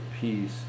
peace